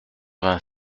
vingt